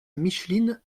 micheline